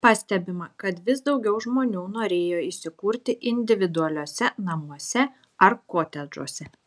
pastebima kad vis daugiau žmonių norėjo įsikurti individualiuose namuose ar kotedžuose